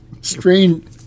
Strange